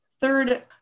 Third